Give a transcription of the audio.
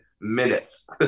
minutes